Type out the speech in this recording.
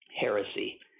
heresy